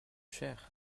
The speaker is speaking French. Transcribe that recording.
cher